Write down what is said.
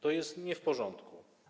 To jest nie w porządku.